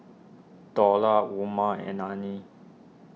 Dollah Umar and Ain